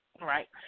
right